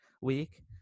week